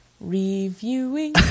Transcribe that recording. reviewing